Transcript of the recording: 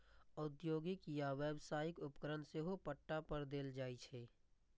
औद्योगिक या व्यावसायिक उपकरण सेहो पट्टा पर देल जाइ छै